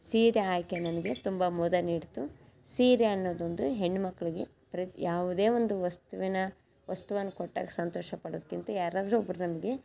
ಸೀರೆ ಆಯ್ಕೆ ನನಗೆ ತುಂಬ ಮುದ ನೀಡಿತು ಸೀರೆ ಅನ್ನೋದೊಂದು ಹೆಣ್ಣುಮಕ್ಳಿಗೆ ಪ್ರತಿ ಯಾವುದೇ ಒಂದು ವಸ್ತುವಿನ ವಸ್ತುವನ್ನು ಕೊಟ್ಟಾಗ ಸಂತೋಷ ಪಡೋದಕ್ಕಿಂತ ಯಾರಾದರೂ ಒಬ್ರು ನಮಗೆ